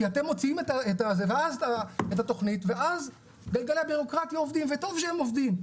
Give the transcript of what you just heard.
כי אתם מוצאים את התוכנית ואז גלגלי הבירוקרטיה עובדים וטוב שהם עובדים,